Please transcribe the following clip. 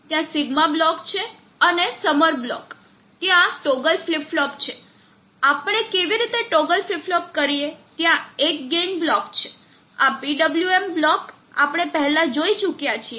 ત્યાં sigma block છે અને સમર બ્લોક ત્યાં ટોગલ ફ્લિપ ફ્લોપ છે આપણે કેવી રીતે ટોગલ ફ્લિપ ફ્લોપ કરીએ ત્યાં એક ગેઇન બ્લોક છે આ PWM બ્લોક આપણે પહેલા જોઇ ચૂક્યા છીએ